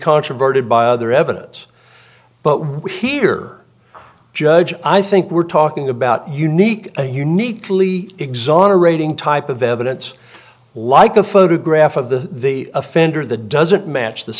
controverted by other evidence but here judge i think we're talking about unique a uniquely exonerating type of evidence like a photograph of the offender the doesn't match the